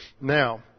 Now